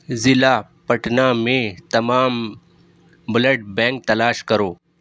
ضلع پٹنہ میں تمام بلڈ بینک تلاش کرو